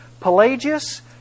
Pelagius